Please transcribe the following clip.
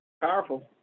Powerful